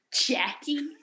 Jackie